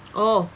oh